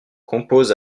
compose